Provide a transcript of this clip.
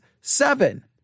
seven